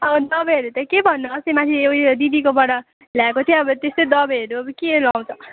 अब दबाईहरू त के भन्नु अस्ति माथि उयो दिदीकोबाट ल्याएको थिएँ अब त्यस्तै दबाईहरू अब के लाउँछ